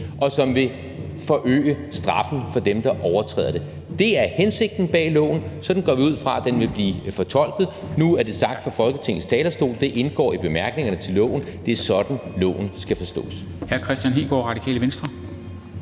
og som vil forøge straffen for dem, der overtræder det. Det er hensigten bag loven, og sådan går vi ud fra den vil blive fortolket. Nu er det sagt fra Folketingets talerstol, og det indgår i bemærkningerne til loven, at det er sådan, loven skal forstås.